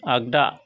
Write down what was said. आगदा